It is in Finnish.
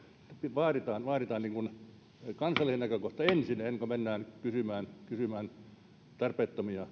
vaaditaan vaaditaan kansallinen näkökohta ensin ennen kuin mennään kysymään kysymään tarpeettomia